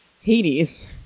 Hades